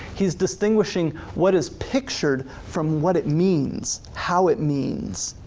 he's distinguishing what is pictured from what it means, how it means.